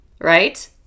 right